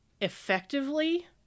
effectively